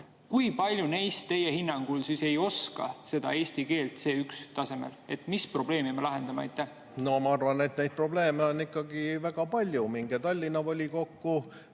Kui paljud neist teie hinnangul ei oska eesti keelt C1‑tasemel? Mis probleemi me lahendame? Ma arvan, et neid probleeme on ikkagi väga palju. Minge Tallinna volikokku,